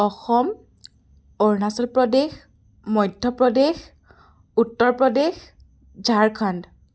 Assam Arunachal Pradesh Madhya Pradesh Uttar Pradesh Jharkhand